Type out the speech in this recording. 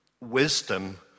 wisdom